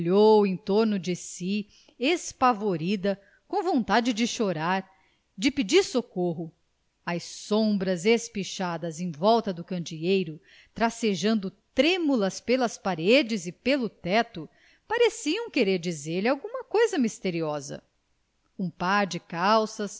olhou em torno de si espavorida com vontade de chorar de pedir socorro as sombras espichadas em volta do candeeiro tracejando trêmulas pelas paredes e pelo teto pareciam querer dizer-lhe alguma coisa misteriosa um par de calças